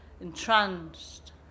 entranced